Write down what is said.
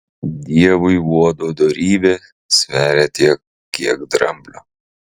dievui uodo dorybė sveria tiek kiek dramblio